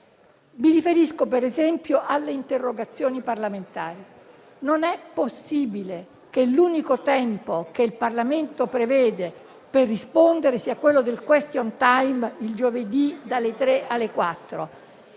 Mi riferisco, per esempio, alle interrogazioni parlamentari. Non è possibile che l'unico tempo che il Parlamento prevede per rispondere sia quello del *question time*, il giovedì dalle 15 alle 16.